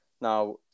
Now